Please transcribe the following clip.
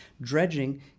Dredging